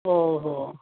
हो हो